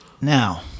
Now